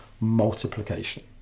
multiplication